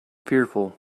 fearful